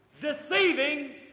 Deceiving